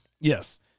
Yes